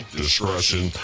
discretion